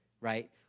right